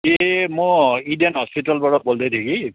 ए म इडेन हस्पिटलबाट बोल्दै थिएँ कि